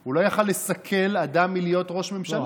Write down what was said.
הוא לא יכול למנוע מאדם להיות ראש ממשלה.